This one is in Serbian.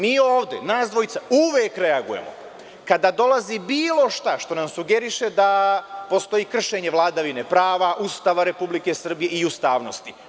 Mi ovde, nas dvojica, uvek reagujemo kada dolazi bilo šta što nam sugeriše da postoji kršenje vladavine prava, Ustava Republike Srbije i ustavnosti.